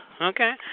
okay